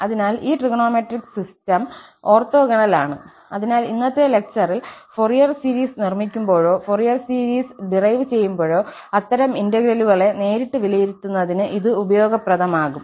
അതിനാൽ ഈ trigonometric system orthogonal ആണ് അതിനാൽ ഇന്നത്തെ ലെക്ചറിൽ ഫൊറിയർ സീരീസ് നിർമ്മിക്കുമ്പോഴോ ഫൊറിയർ സീരീസ് ഡിറൈവ് ചെയ്യുമ്പോഴോ അത്തരം ഇന്റഗ്രലുകളെ നേരിട്ട് വിലയിരുത്തുന്നതിന് ഇത് ഉപയോഗപ്രദമാകും